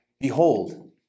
Behold